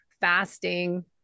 fasting